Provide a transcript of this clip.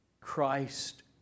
Christ